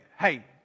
hey